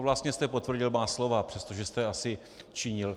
Vlastně jste potvrdil má slova, přestože jste asi činil.